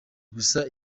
gusa